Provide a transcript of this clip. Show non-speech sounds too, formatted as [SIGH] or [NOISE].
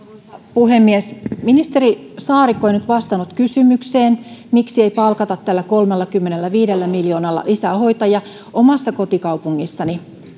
puhemies ministeri saarikko ei nyt vastannut kysymykseen miksi ei palkata tällä kolmellakymmenelläviidellä miljoonalla lisää hoitajia omassa kotikaupungissani [UNINTELLIGIBLE]